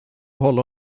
hålla